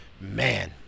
Man